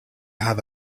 have